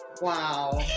wow